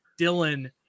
Dylan